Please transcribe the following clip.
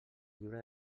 llibre